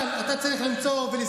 העלינו הרבה